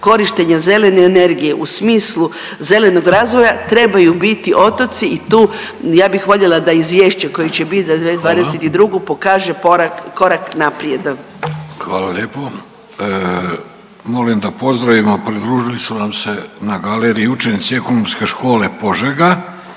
korištenja zelene energije, u smislu zelenog razvoja trebaju biti otoci i tu ja bih voljela da izvješće koje će biti za 2022. …/Upadica: Hvala./… pokaže korak naprijed. **Vidović, Davorko (Socijaldemokrati)** Hvala lijepo. Molim da pozdravimo, pridružili su nam se na galeriji učenici Ekonomske škole Požega